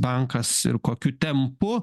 bankas ir kokiu tempu